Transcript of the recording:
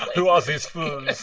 who are these fools?